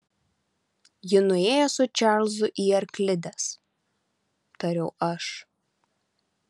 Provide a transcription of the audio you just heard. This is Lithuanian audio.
ji nuėjo su čarlzu į arklides tariau aš